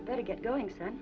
you better get going s